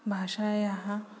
भाषायाः